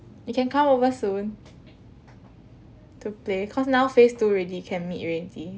you can come over soon to play cause now phase two already can meet already